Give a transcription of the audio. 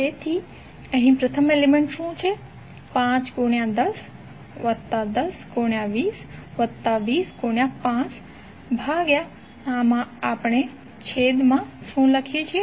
તેથી અહીં પ્રથમ એલિમેન્ટ્ શું હશે 5 ગુણ્યા 10 વત્તા 10 ગુણ્યા 20 વત્તા 20 ગુણ્યા 5 ભાગ્યા આપણે છેદમા શુ લખીએ છીએ